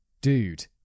Dude